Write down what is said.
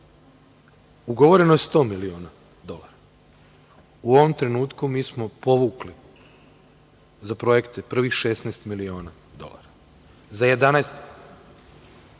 ugovoreno je 100 miliona. U ovom trenutku mi smo povukli za projekte prvih 16 miliona dolara. Izvinjavam